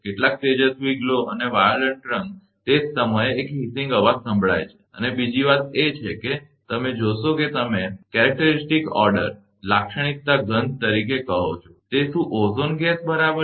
કેટલાક તેજસ્વી ગ્લો અને વાયોલેટ રંગ તે જ સમયે એક હિસીંગ અવાજ સંભળાય છે અને બીજી વાત એ છે કે તમે જોશો કે તમે જેને લાક્ષણિકતા ગંધ તરીકે કહો છો તે શું ઓઝોન ગેસ બરાબર છે